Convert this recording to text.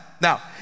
now